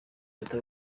leta